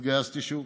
התגייסתי שוב.